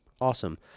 awesome